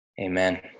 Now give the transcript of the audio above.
amen